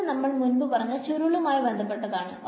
ഇത് നമ്മൾ മുൻപ് പറഞ്ഞ ചുരുളുമായി ബന്ധപ്പെട്ടതാണ്